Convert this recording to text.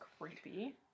creepy